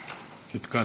נתקעתי.